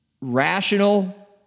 rational